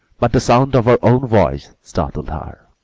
but the sound of her own voice startled her.